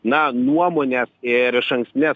na nuomonę ir išankstines